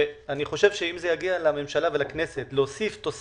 שאם זה יגיע לממשלה ולכנסת,